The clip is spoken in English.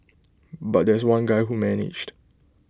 but there's one guy who managed